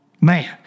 Man